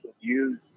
use